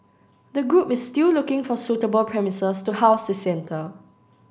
the group is still looking for suitable premises to house the centre